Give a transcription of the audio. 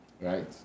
right